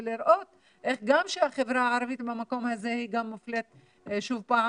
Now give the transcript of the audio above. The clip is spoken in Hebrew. ולראות איך גם החברה הערבית במקום הזה מופלית שוב פעם